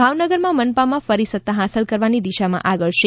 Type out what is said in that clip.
ભાવનગરમાં મનપામાં ફરી સત્તા હાંસલ કરવાની દિશામાં આગળ છે